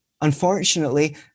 unfortunately